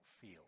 feel